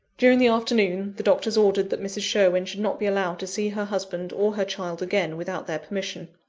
during the afternoon, the doctors ordered that mrs. sherwin should not be allowed to see her husband or her child again, without their permission.